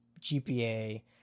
GPA